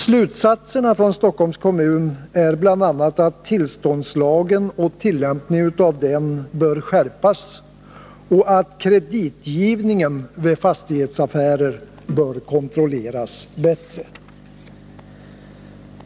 Slutsatserna från Stockholms kommun innebär bl.a. att tillståndslagen och tillämpningen av denna bör skärpas och att kreditgivningen vid fastighetsaffärer bör kontrolleras bättre.